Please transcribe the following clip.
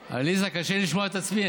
עליזה, קשה לי לשמוע את עצמי.